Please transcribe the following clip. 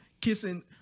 kissing